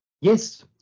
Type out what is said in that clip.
Yes